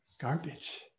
Garbage